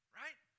right